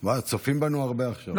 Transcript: צופים בנו הרבה עכשיו.